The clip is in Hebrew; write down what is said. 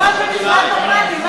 לפחות זה משרד נורמלי.